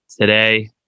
Today